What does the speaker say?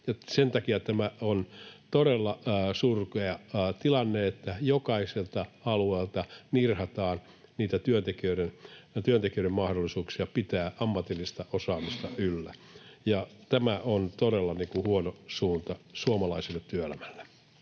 Sen takia tämä on todella surkea tilanne, että jokaiselta alueelta nirhataan työntekijöiden mahdollisuuksia pitää ammatillista osaamista yllä. Tämä on todella huono suunta suomalaiselle työelämälle.